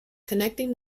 connecting